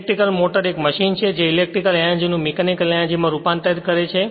electric motor એ machine છે જે ઇલેક્ટ્રિકલ એનર્જી નું મીકેનિકલ એનર્જી માં રૂપાંતર કરે છે